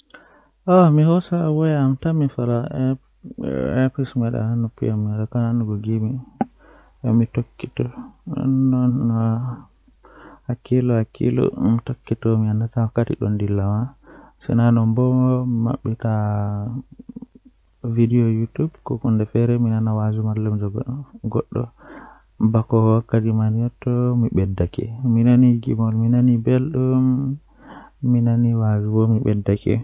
Eh ɗum boɗɗum masin kondei ayaha asupta mo laamata ma Tawa e laawol politik, vote ndiyam e hakkunde caɗeele ɓe. Ko sabu hakkunde e election, yimɓe foti heɓugol farɗe, kala moƴƴi foti yewtude laawol tawa hayɓe. Kono, wano waɗde vote, ko moƴƴi njama aɗɗa faami, heɓugol firtiiɗo ngoodi, fota hayɓe ngam firtiimaaji.